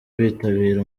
bitabira